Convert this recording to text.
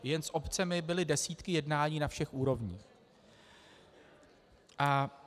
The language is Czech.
Jen s obcemi byly desítky jednání na všech úrovních.